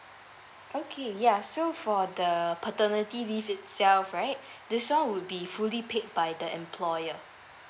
okay ya so for the paternity leave itself right this [one] will be fully paid by the employer